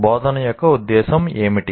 బోధన యొక్క ఉద్దేశ్యం ఏమిటి